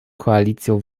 koalicją